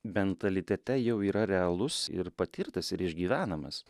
bentalitete jau yra realus ir patirtas ir išgyvenamas